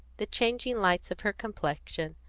the changing lights of her complexion,